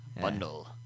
Bundle